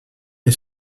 est